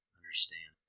understand